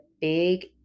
big